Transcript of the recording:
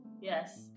Yes